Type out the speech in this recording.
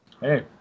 Hey